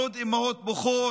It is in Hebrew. עוד אימהות בוכות,